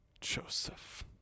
Joseph